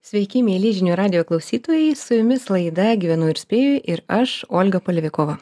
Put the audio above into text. sveiki mieli žinių radijo klausytojai su jumis laida gyvenu ir spėju ir aš olga polevikova